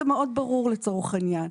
זה מאוד ברור לצורך העניין.